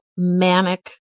manic